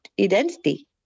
identity